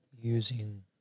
using